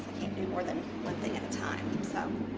can't do more than one thing at a time.